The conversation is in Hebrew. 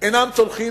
אינם צולחים,